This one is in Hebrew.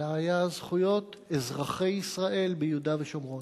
אלא היה זכויות אזרחי ישראל ביהודה ושומרון.